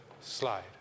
slide